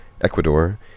Ecuador